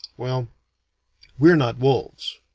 well we're not wolves.